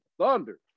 Thunder